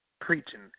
preaching